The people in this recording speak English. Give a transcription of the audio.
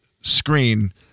screen